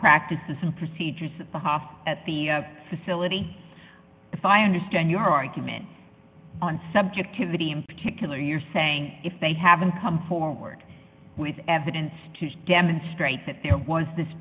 practices and procedures the hof at the facility if i understand your argument on subjectivity in particular you're saying if they haven't come forward with evidence to demonstrate that there was this